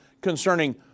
concerning